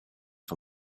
for